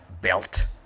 belt